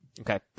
Okay